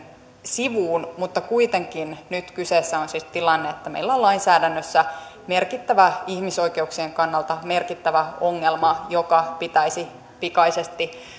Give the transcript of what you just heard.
sivuun mutta kuitenkin nyt kyseessä on siis tilanne että meillä on lainsäädännössä merkittävä ihmisoikeuksien kannalta merkittävä ongelma joka pitäisi pikaisesti